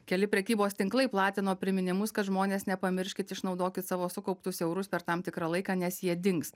keli prekybos tinklai platino priminimus kad žmonės nepamirškit išnaudokit savo sukauptus eurus per tam tikrą laiką nes jie dings